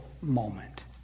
moment